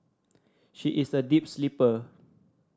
she is a deep sleeper